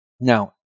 Now